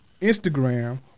Instagram